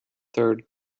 third